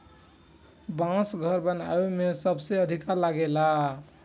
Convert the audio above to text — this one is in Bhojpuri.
बांस घर बनावे में सबसे अधिका लागेला